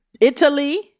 Italy